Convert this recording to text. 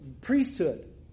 priesthood